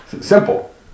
Simple